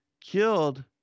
killed